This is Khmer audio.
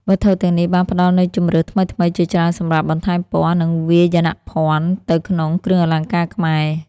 វត្ថុទាំងនេះបានផ្តល់នូវជម្រើសថ្មីៗជាច្រើនសម្រាប់បន្ថែមពណ៌ និងវាយនភាពទៅក្នុងគ្រឿងអលង្ការខ្មែរ។